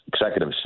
executive